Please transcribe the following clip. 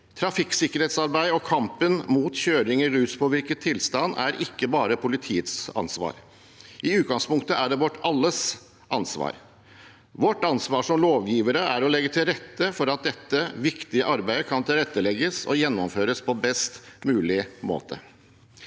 Trafikksikkerhetsarbeid og kampen mot kjøring i ruspåvirket tilstand er ikke bare politiets ansvar. I utgangspunktet er det vårt alles ansvar. Vårt ansvar som lovgivere er å legge til rette for at dette viktige arbeidet kan tilrettelegges og gjennomføres på best mulig måte.